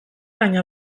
baina